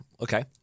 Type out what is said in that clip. okay